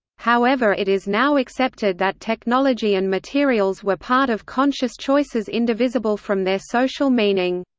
however it is now accepted that technology and materials were part of conscious choices indivisible from their social meaning.